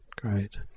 Great